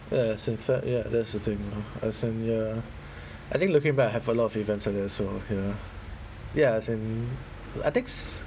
ya in fact ya that's the thing as in ya I think looking back I have a lot of events like that also ya ya as in I thinks